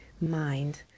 mind